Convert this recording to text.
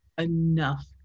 enough